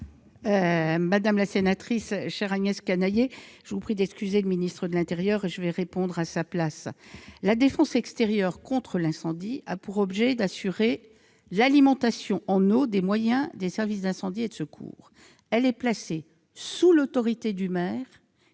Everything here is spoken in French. Madame la sénatrice, chère Agnès Canayer, je vous prie d'excuser l'absence de M. le ministre de l'intérieur ; je répondrai à sa place. La défense extérieure contre l'incendie (DECI) a pour objet d'assurer l'alimentation en eau des moyens des services d'incendie et de secours. Elle est placée sous l'autorité du maire